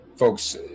Folks